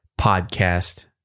Podcast